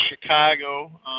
Chicago